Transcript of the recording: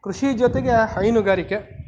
ಕೃಷಿ ಜೊತೆಗೆ ಹೈನುಗಾರಿಕೆ